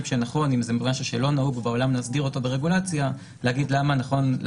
שנכון להסדיר ברגולציה למה אם זה לא נהוג בעולם.